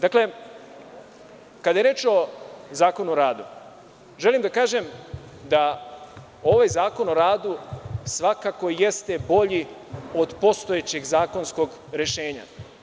Dakle, kada je reč o Zakon o radu, želim da kažem da ovaj Zakon o radu svakako jeste bolji od postojećeg zakonskog rešenja.